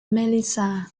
melissa